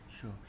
Sure